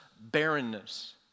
barrenness